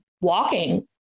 walking